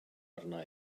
arna